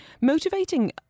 motivating